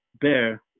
bear